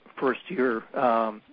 first-year